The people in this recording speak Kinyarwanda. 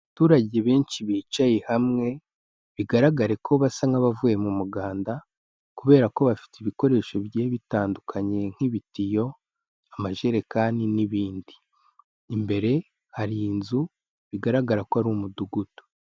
Abaturage benshi bicaye hamwe bigaragare ko basa nk'abavuye mu muganda, kubera ko bafite ibikoresho bigiye bitandukanye nk'ibitiyo, amajerekani n'ibindi. Imbere hari inzu bigaragara ko ari Umudugudu.